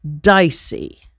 dicey